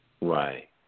Right